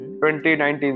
2019